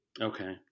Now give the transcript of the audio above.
Okay